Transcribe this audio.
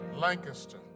Lancaster